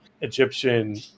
Egyptian